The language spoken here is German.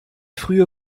frühe